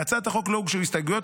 להצעת החוק לא הוגשו הסתייגויות,